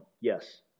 Yes